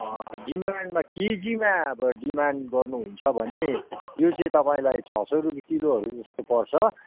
डिमान्डहरूमा के केमा डिमान्ड गर्नुहुन्छ भने यो चाहिँ तपाईँलाई छ सौ रुपियाँ किलोहरू जस्तो पर्छ